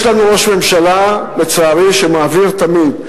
יש לנו ראש ממשלה, לצערי, שמעביר תמיד,